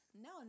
No